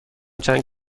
چند